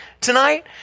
tonight